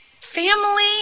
family